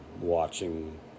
watching